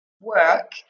work